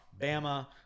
Bama